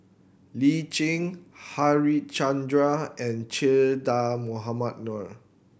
Lee Tjin Harichandra and Che Dah Mohamed Noor